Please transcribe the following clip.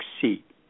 seat